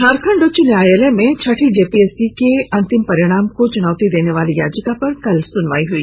झारखंड उच्च न्यायालय में छठी जेपीएससी के अंतिम परिणाम को चुनौती देनेवाली याचिका पर कल सुनवाई हुई